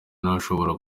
ntashobora